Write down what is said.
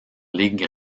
ligues